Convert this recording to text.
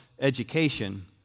education